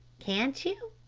can't you?